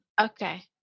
Okay